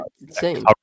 insane